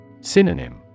Synonym